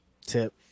Tip